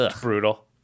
Brutal